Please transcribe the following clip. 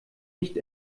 nicht